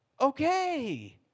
Okay